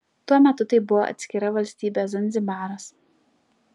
tuo metu tai buvo atskira valstybė zanzibaras